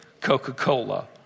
Coca-Cola